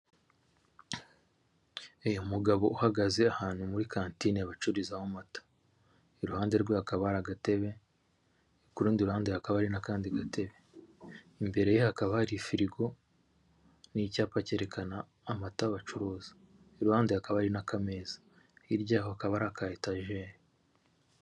Umugabo uhagaze ahantu muri kantine bacururizaho mata. Iruhande rwe hakaba hari agatebe, ku rundi ruhande hakaba hari n'akandi gatebe. Imbere ye hakaba hari firigo n'icyapa cyerekana amata bacuruza. Iruhande hakaba hari n'akameza. Hirya yaho hakaba hari akayetajeri.